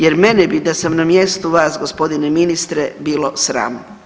Jer mene bi da sam na mjestu vas gospodine ministre bilo sram.